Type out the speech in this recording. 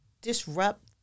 disrupt